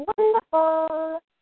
wonderful